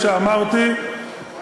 אתה כן תגיד, אתה לא תגיד.